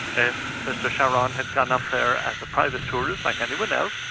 and mr sharon had gone up there as a private tourist like anyone else,